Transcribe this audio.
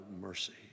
mercy